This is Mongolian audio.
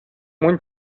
мөн